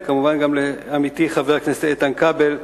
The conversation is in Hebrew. וכמובן גם לעמיתי חבר הכנסת איתן כבל,